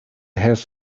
have